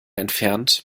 entfernt